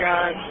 God